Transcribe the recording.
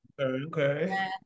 Okay